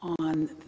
on